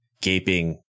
gaping